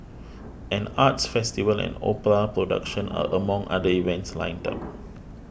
an arts festival and opera production are among other events lined up